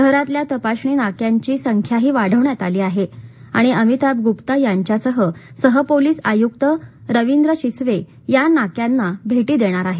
शहरातल्या तपासणी नाक्यांची संख्याही वाढवण्यात आली आहे आणि अमिताभ गुप्ता यांच्यासह सहपोलीस आयुक्त रवींद्र शिसवे या नाक्यांना भेटी देणार आहेत